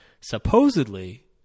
Supposedly